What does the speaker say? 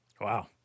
Wow